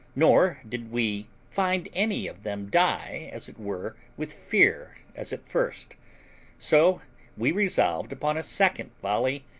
nor did we find any of them die as it were with fear, as at first so we resolved upon a second volley,